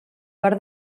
per